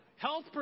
Health